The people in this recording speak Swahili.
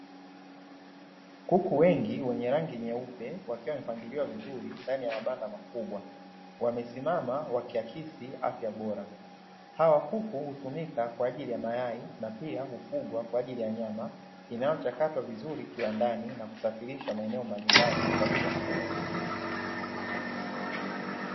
Kuku wenye rangi nyeupe wakiwa wamepangiliwa vizuri ndani ya mabanda makubwa, wamesimama wakiakisi afya bora hawa kuku hutumika kwa ajili ya mayai na pia hufungwa kwa ajili ya nyama, inayochakatwa vizuri kiwandani na kusafirisha maeneo mbalimbali kwa ajili ya kuuzwa.